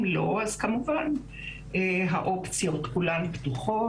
אם לא, אז כמובן שהאופציות כולן פתוחות.